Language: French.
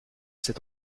cette